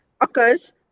occurs